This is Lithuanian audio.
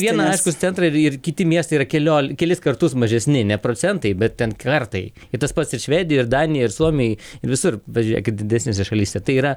viena aiškūs centrai ir ir kiti miestai yra keliol kelis kartus mažesni ne procentai bet ten kartai ir tas pats ir švedija ir danija ir suomijoj visur va žiūrėkit didesnėse šalyse tai yra